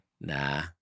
nah